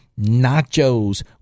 nachos